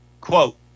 quote